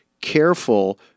careful